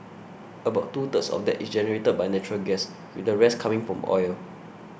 about two thirds of that it generated by natural gas with the rest coming from oil